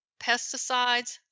pesticides